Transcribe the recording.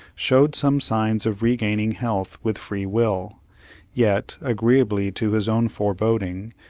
showed some signs of regaining health with free-will yet, agreeably to his own foreboding,